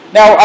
Now